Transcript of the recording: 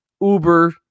Uber